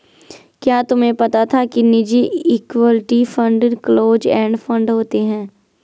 क्या तुम्हें पता था कि निजी equity fund close end fund होते हैं?